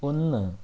ഒന്ന്